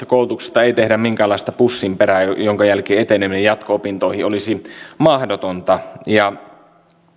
koulutuksesta ei tehdä minkäänlaista pussinperää jonka jälkeen eteneminen jatko opintoihin olisi mahdotonta